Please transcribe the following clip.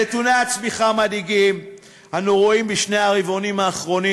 נתוני הצמיחה המדאיגים שאנו רואים בשני הרבעונים האחרונים